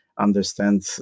understand